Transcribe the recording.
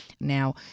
Now